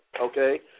Okay